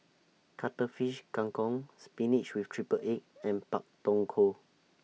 Cuttlefish Kang Kong Spinach with Triple Egg and Pak Thong Ko